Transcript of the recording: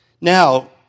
Now